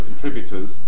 contributors